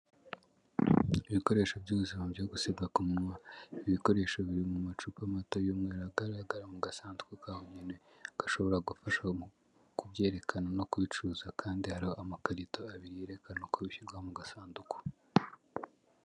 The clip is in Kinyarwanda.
Ibikoresho by'ubuzima byo gusiga ku munwa, ibi ibikoresho biri mu macupa mato y'umweru agaragara mu gasanduku konyine, gashobora gufashwamo mu kubyerekana no kubicuruza kandi hari amakarito abiri yerekana ko bishyirwa mu gasanduku.